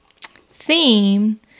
theme